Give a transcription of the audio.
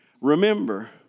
Remember